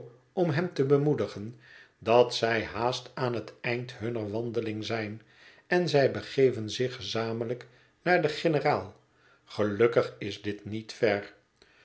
om hem te bemoedigen dat zij haast aan het eind hunner wandeling zijn en zij begeven zich gezamenlijk naar den generaal gelukkig is dit niet ver